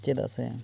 ᱪᱮᱫᱟᱜ ᱥᱮ